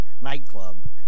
nightclub